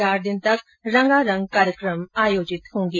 चार दिन तक रंगारंग कार्यक्रम आयोजित होंगे